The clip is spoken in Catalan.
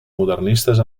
modernistes